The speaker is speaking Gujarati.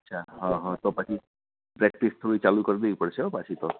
અચ્છા હા હા તો પછી પ્રેક્ટિસ થોડી ચાલુ કરી દેવી પડશે હો પાછી તો